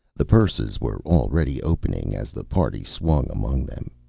the purses were already opening as the party swung among them.